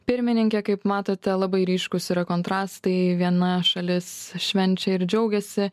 pirmininkė kaip matote labai ryškūs yra kontrastai viena šalis švenčia ir džiaugiasi